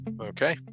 Okay